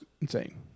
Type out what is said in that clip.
insane